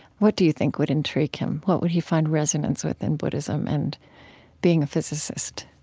what do you think would intrigue him? what would he find resonance with in buddhism and being a physicist?